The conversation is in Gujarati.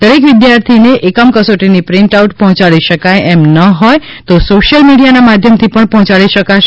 દરેક વિદ્યાર્થીને એકમ કસોટીની પ્રિન્ટ આઉટ પહોંચાડી શકાય એમ ન હોય તો સોશિયલ મીડિયાના માધ્યમથી પણ પહોંચાડી શકાશે